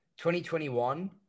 2021